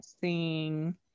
seeing